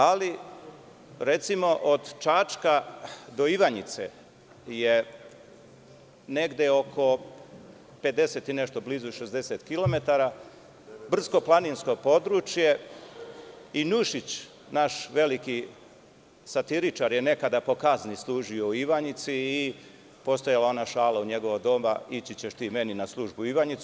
Ali, recimo, od Čačka do Ivanjice je negde oko 50 i nešto, blizu 60 km, brdsko-planinsko područje i Nušić, naš veliki satiričar je nekada po kazni služio u Ivanjici i postojala je ona šala u njegovo doba – ići ćeš ti meni na službu u Ivanjicu.